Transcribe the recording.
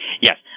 Yes